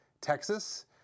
Texas